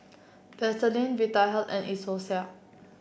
Vaselin Vitahealth and Isocal